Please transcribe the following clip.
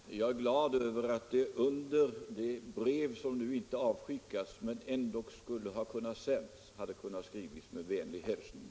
Herr talman! Jag är glad över att under det brev som nu inte skickats men som ändå kunde ha sänts hade kunnat stå: Med vänlig hälsning.